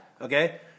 Okay